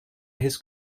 his